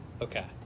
Okay